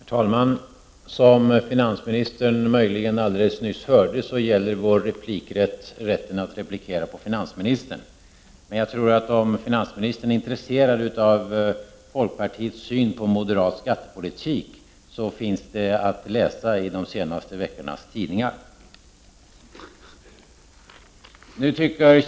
Herr talman! Såsom finansministern möjligen alldeles nyss hörde innebär min replikrätt en rätt att replikera på finansministerns inlägg. Men om finansministern är intresserad av folkpartiets syn på moderaternas skattepolitik finns det möjlighet att läsa om den i tidningarna från de senaste veckorna.